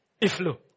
Iflu